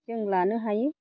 जों लानो हायो